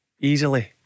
easily